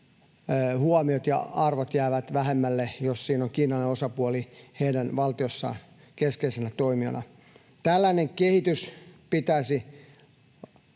huomiot ja arvot jäävät vähemmälle, jos siinä on kiinalainen osapuoli heidän valtiossaan keskeisenä toimijana. Tällainen kehitys pitäisi